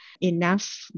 enough